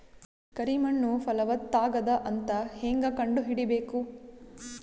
ಕರಿ ಮಣ್ಣು ಫಲವತ್ತಾಗದ ಅಂತ ಹೇಂಗ ಕಂಡುಹಿಡಿಬೇಕು?